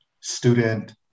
student